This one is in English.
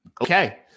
okay